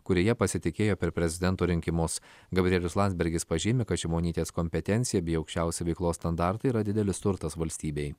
kurioje pasitikėjo per prezidento rinkimus gabrielius landsbergis pažymi kad šimonytės kompetencija bei aukščiausi veiklos standartai yra didelis turtas valstybei